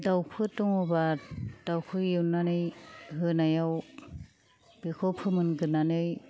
दावफोर दङबा दावखौ एवनानै होनायाव बेखौ फोमोनगोरनानै